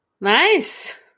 Nice